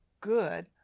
good